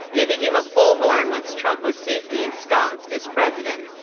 and it became a bullhorn once trump was safely ensconced as president.